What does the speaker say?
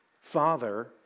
Father